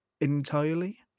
entirely